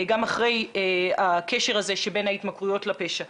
גם אחרי הקשר הזה שבין ההתמכרויות לפשע.